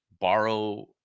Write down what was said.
borrow